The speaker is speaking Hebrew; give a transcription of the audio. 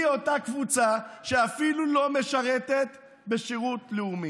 היא אותה קבוצה שאפילו לא משרתת בשירות לאומי.